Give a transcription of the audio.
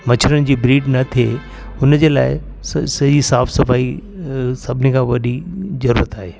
मच्छरनि जी ब्रीड न थिए हुन जे लाइ सही सही साफ़ सफ़ाई सभिनी खां वॾी ज़रूरुत आहे